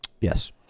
yes